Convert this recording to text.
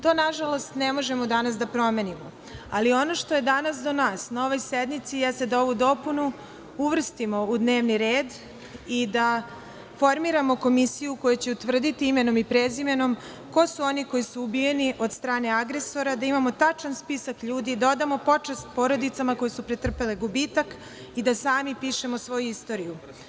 To nažalost ne možemo danas da promenimo, ali ono što je danas do nas na ovoj sednici, jeste da ovu dopunu uvrstimo u dnevni red i da formiramo komisiju koja će utvrditi imenom i prezimenom ko su oni koji su ubijeni od strane agresora, da imamo tačan spisak ljudi, da odamo počast porodicama koje su pretrpele gubitak i da sami pišemo svoju istoriju.